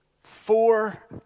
four